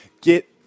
get